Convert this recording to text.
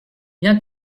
bien